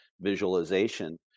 visualization